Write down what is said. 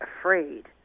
afraid